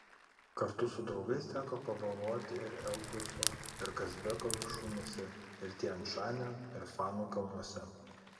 kartu su draugais teko pabuvoti ir elbruso ir kazbeko viršūnėse ir tian šanio ir fanų kalnuose